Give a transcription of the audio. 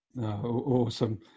awesome